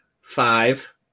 five